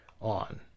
on